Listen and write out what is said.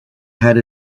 had